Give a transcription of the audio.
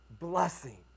blessing